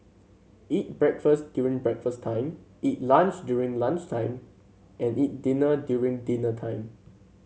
eat breakfast during breakfast time eat lunch during lunch time and eat dinner during dinner time